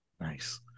nice